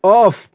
of